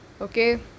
Okay